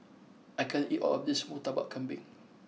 I can't eat all of this Murtabak Kambing